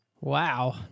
Wow